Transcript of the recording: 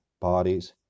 bodies